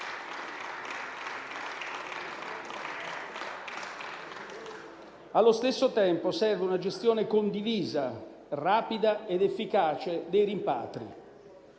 Allo stesso tempo serve una gestione condivisa, rapida ed efficace dei rimpatri.